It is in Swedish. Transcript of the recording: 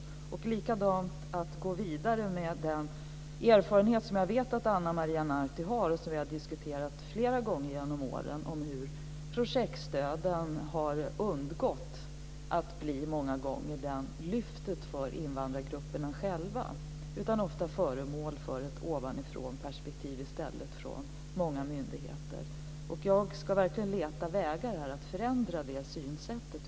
Jag är också intresserad av att gå vidare med den erfarenhet som jag vet att Ana Maria Narti har och som vi har diskuterat flera gånger genom åren om hur projektstöden många gånger har undgått att bli lyftet för invandrargrupperna själva. De har i stället ofta blivit föremål för ett ovanifrånperspektiv från många myndigheter. Jag ska verkligen leta vägar här att förändra det synsättet.